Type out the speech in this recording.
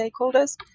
stakeholders